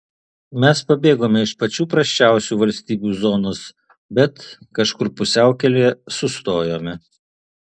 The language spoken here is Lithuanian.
mes pabėgome iš pačių prasčiausių valstybių zonos bet kažkur pusiaukelėje sustojome